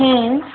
ਹਮ